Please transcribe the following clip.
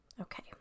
Okay